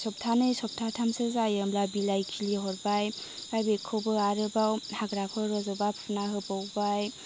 सप्तानै सप्ताथामसो जायो होनब्ला बिलाइ खिलिहरबाय फाय बेखौबो आरोबाव हाग्राफोर रजबा फुना होबावबाय